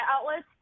outlets